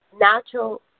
natural